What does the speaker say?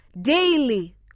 Daily